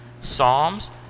Psalms